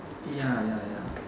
ya ya ya